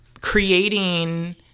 creating